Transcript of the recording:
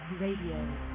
Radio